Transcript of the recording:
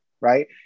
right